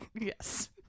Yes